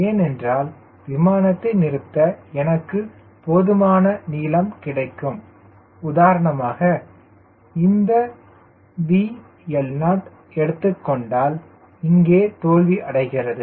ஏனென்றால் விமானத்தை நிறுத்த எனக்கு போதுமான நீளம் கிடைக்கும் உதாரணமாக இந்த VL0 எடுத்துக்கொண்டால் இங்கே தோல்வி அடைகிறது